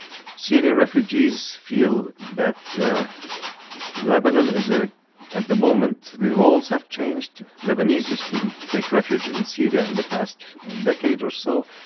syrian refugees feel that lebanon is, ah at the moment, the roles have changed lebanese used to take refuge in syria in the past decade or so.